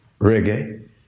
reggae